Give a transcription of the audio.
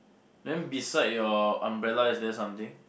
then beside your umbrella is there something